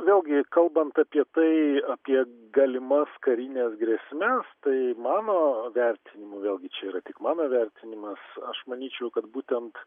vėlgi kalbant apie tai apie galimas karines grėsmes tai mano vertinimu vėlgi čia yra tik mano vertinimas aš manyčiau kad būtent